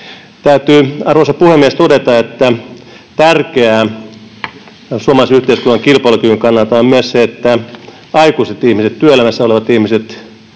yhtyä. Arvoisa puhemies! Täytyy todeta, että tärkeää suomalaisen yhteiskunnan kilpailukyvyn kannalta on myös se, että aikuiset ihmiset, työelämässä olevat ihmiset,